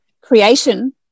creation